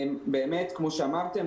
כמו שאמרתם,